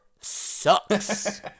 sucks